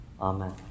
amen